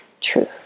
truth